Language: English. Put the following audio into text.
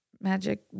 magic